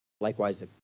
likewise